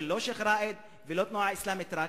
לא של השיח' ראאד ולא של התנועה האסלאמית בלבד.